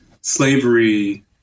slavery